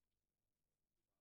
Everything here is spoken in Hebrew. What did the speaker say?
ככה